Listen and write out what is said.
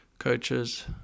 coaches